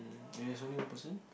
and it's only one person